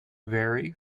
vary